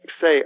say